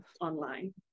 online